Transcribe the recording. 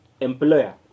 employer